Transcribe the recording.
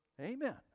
Amen